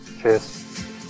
cheers